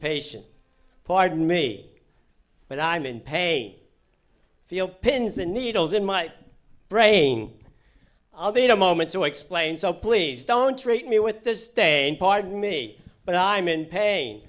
patient pardon me but i'm in pain feel pins and needles in my brain i'll they'd a moment to explain so please don't treat me with this day and pardon me but i'm in pain